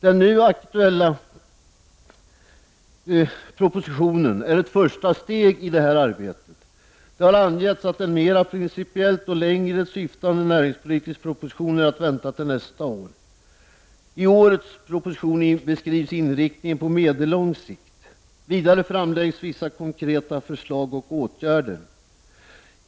Den nu aktuella propositionen är ett första steg i detta arbete. Det har angetts att en mera principiell och längre syftande näringspolitisk proposition är att vänta under nästa år. I årets proposition beskrivs in riktningen på medellång sikt. Vidare framläggs vissa konkreta förslag och åtgärder.